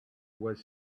was